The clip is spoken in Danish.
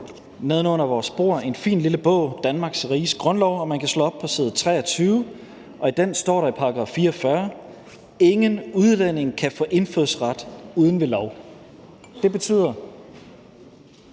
neden under vores bord en fin, lille bog, Danmarks Riges Grundlov. Man kan slå op på side 23, og dér står der i § 44: »Ingen udlænding kan få indfødsret uden ved lov.« Det betyder,